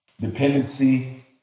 dependency